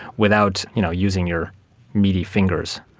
without you know using your meaty fingers.